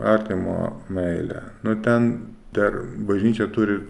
artimo meilė nu ten dar bažnyčia turi